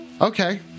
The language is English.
Okay